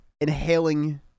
inhaling